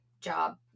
job